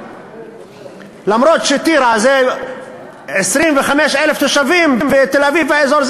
אפילו שבטירה יש 25,000 תושבים ובתל-אביב והאזור,